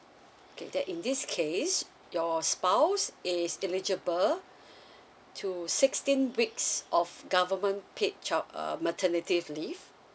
okay then in this case your spouse is eligible to sixteen weeks of government paid job um maternity leave